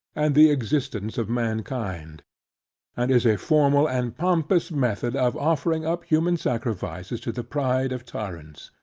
and the existence of mankind and is a formal and pompous method of offering up human sacrifices to the pride of tyrants.